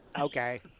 Okay